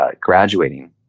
graduating